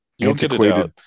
antiquated